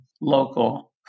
local